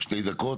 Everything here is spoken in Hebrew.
שתי דקות.